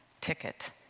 ticket